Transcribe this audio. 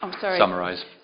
summarise